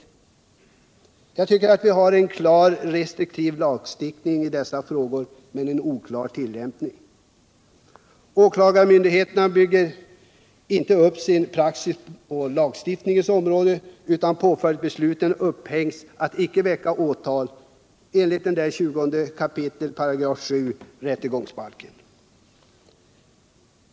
Vi har i dessa frågor en klar, restriktiv lagstiftning men en oklar tillämpning. Åklagarmyndigheten bygger inte upp sin praxis på denna lagstiftning utan besluten att icke väcka åtal hängs upp på 20 kap. 7 § rättegångsbalken.